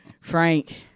Frank